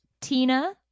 Tina